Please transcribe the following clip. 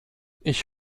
ich